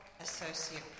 associate